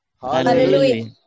Hallelujah